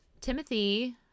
Timothy